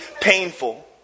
painful